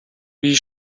wie